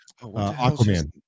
Aquaman